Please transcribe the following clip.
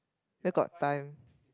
where got time